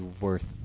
worth